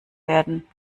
werden